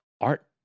Art